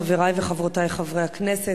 חברי וחברותי חברי הכנסת,